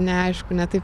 neaišku ne taip